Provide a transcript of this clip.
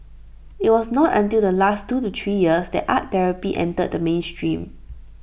IT was not until the last two to three years that art therapy entered the mainstream